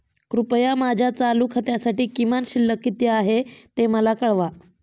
कृपया माझ्या चालू खात्यासाठी किमान शिल्लक किती आहे ते मला कळवा